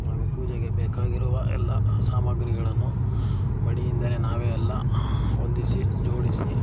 ಹಾಗು ಪೂಜೆಗೆ ಬೇಕಾಗಿರುವ ಎಲ್ಲ ಸಾಮಗ್ರಿಗಳನ್ನು ಮಡಿಯಿಂದಲೇ ನಾವೇ ಎಲ್ಲ ಹೊಂದಿಸಿ ಜೋಡಿಸಿ